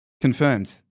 confirmed